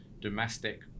domestic